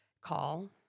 call